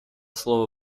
слово